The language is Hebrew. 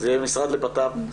זה יהיה המשרד לבט"פ,